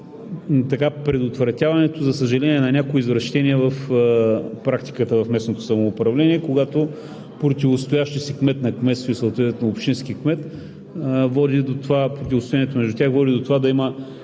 предотвратяването, за съжаление, на някои извращения в практиката в местното самоуправление, когато противостоящи си кмет на кметство и съответно общински кмет – противостоенето води до това да има